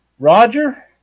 Roger